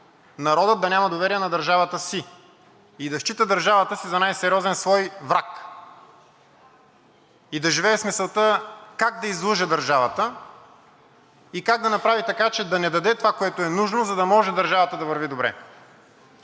народът да няма доверие на държавата си и да счита държавата си за най-сериозен свой враг. Да живее с мисълта как да излъже държавата и как да направи така, че да не даде това, което е нужно, за да може дървата да върви добре.